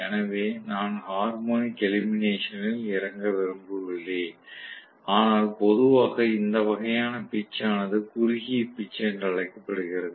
எனவே நான் ஹார்மோனிக் எலிமினேஷனில் இறங்க விரும்பவில்லை ஆனால் பொதுவாக இந்த வகையான பிட்ச் ஆனது குறுகிய பிட்ச் என்று அழைக்கப்படுகிறது